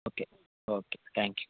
okay okay thank you